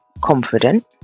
confident